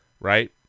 right